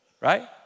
right